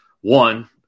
One